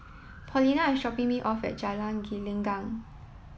Paulina is shopping me off at Jalan Gelenggang